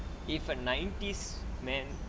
if a nineties man